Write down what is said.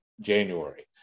January